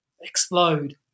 explode